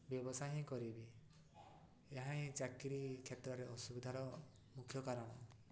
ବ୍ୟବସାୟ ହିଁ କରିବି ଏହା ହିଁ ଚାକିରୀ କ୍ଷେତ୍ରରେ ଅସୁବିଧାର ମୁଖ୍ୟ କାରଣ